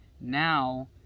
now